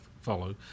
follow